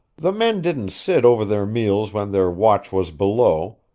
the men didn't sit over their meals when their watch was below,